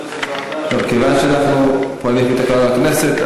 כיוון שאנחנו פועלים לפי תקנון הכנסת,